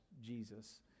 Jesus